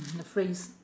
a phrase